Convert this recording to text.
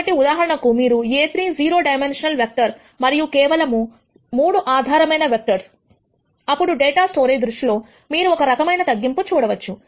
కాబట్టి ఉదాహరణకు మీకు A3 0 డైమెన్షనల్ వెక్టర్ మరియు కేవలము 3 ఆధార్ ఆధారమైన వెక్టర్స్ అప్పుడు డేటా స్టోరేజ్ దృష్టిలో మీరు ఒక రకమైన తగ్గింపు చూడవచ్చు